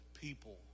people